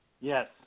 Yes